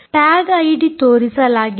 tag ID ತೋರಿಸಲಾಗಿದೆ